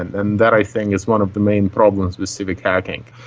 and and that i think is one of the main problems with civic hacking.